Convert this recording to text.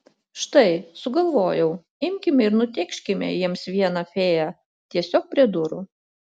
štai sugalvojau imkime ir nutėkškime jiems vieną fėją tiesiog prie durų